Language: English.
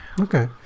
Okay